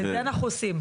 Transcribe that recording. את זה אנחנו עושים.